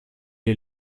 est